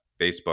Facebook